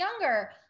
younger